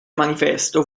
manifesto